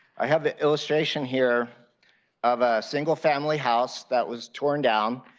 i have the illustration here of a single-family house that was torn down.